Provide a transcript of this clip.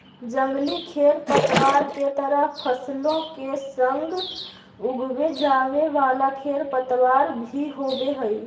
जंगली खेरपतवार के तरह फसलों के संग उगवे जावे वाला खेरपतवार भी होवे हई